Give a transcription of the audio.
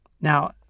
Now